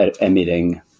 emitting